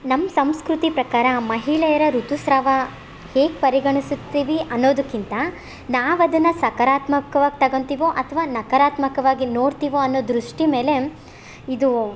ನಮ್ಮ ಸಂಸ್ಕೃತಿ ಪ್ರಕಾರ ಮಹಿಳೆಯರ ಋತುಸ್ರಾವ ಹೇಗೆ ಪರಿಗಣಿಸುತ್ತೀವಿ ಅನ್ನೋದಕ್ಕಿಂತ ನಾವು ಅದನ್ನು ಸಕರಾತ್ಮಕವಾಗಿ ತಗೊಂತಿವೋ ಅಥ್ವಾ ನಕಾರಾತ್ಮಕವಾಗಿ ನೋಡ್ತೀವೋ ಅನ್ನೋ ದೃಷ್ಟಿ ಮೇಲೆ ಇದೂ